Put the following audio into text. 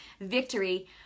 victory